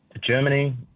Germany